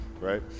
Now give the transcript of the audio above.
Right